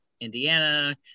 Indiana